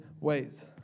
ways